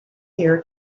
year